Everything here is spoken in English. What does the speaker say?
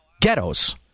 ghettos